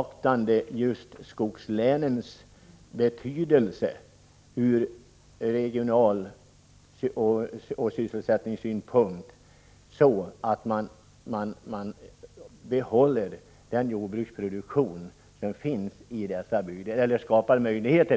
att beakta skogslänen ur regionalpolitisk synpunkt och sysselsättningssynpunkt, så att det skapas möjligheter att behålla den jordbruksproduktion som finns i skogslänen?